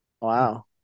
Wow